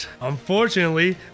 Unfortunately